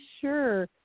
sure